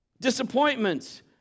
Disappointments